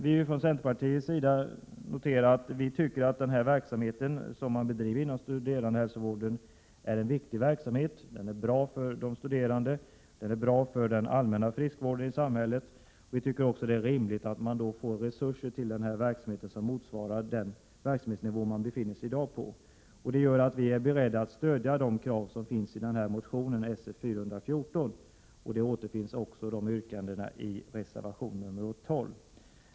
Vi från centern anser att den verksamhet som man bedriver inom studerandehälsovården är viktig. Den är bra för de studerande, och den är bra för den allmänna friskvården i samhället. Vi tycker att det är rimligt att man då också får resurser till den som motsvarar dagens nivå. Därför är vi beredda att stödja de krav som framförs i motion §f414 och som återfinns i reservation 12.